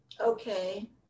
Okay